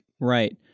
Right